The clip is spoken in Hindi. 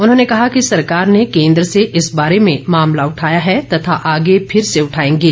उन्होंने कहा कि सरकार ने केंद्र से इस बारे में मामला उठाया है तथा आगे फिर से उठाएंगे